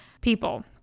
people